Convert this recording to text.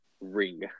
ring